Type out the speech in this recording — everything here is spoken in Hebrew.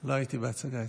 לא היית בהצגה איתו.